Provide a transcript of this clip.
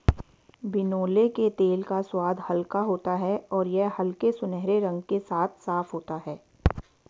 बिनौले के तेल का स्वाद हल्का होता है और यह हल्के सुनहरे रंग के साथ साफ होता है